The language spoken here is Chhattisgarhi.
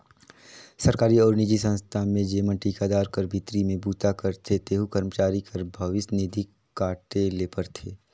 सरकारी अउ निजी संस्था में जेमन ठिकादार कर भीतरी में बूता करथे तेहू करमचारी कर भविस निधि काटे ले परथे